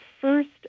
first